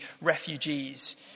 refugees